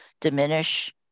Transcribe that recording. diminish